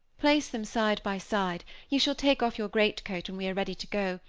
place them side by side you shall take off your greatcoat when we are ready to go,